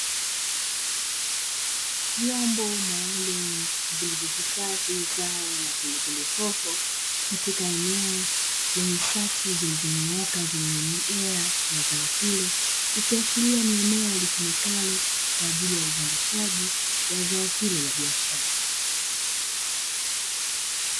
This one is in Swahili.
Vyombo maalumu vilivyohifadhi zao la pilipili hoho, katika eneo lenye safu zilizonyooka zenye mimea ya zao hilo, ikiashiria ni eneo litumikalo kwa ajili ya uzalishaji wa zao hilo la biashara.